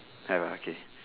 have uh okay